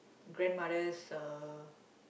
grandmother's uh